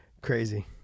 Crazy